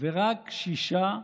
ורק שישה,